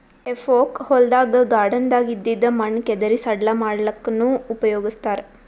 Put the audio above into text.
ಹೆಫೋಕ್ ಹೊಲ್ದಾಗ್ ಗಾರ್ಡನ್ದಾಗ್ ಇದ್ದಿದ್ ಮಣ್ಣ್ ಕೆದರಿ ಸಡ್ಲ ಮಾಡಲ್ಲಕ್ಕನೂ ಉಪಯೊಗಸ್ತಾರ್